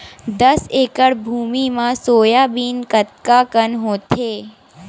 दस एकड़ भुमि म सोयाबीन कतका कन होथे?